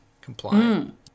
compliant